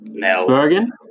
Bergen